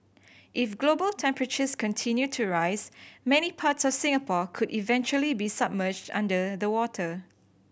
if global temperatures continue to rise many parts of Singapore could eventually be submerged under the water